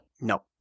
No